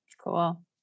Cool